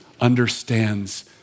understands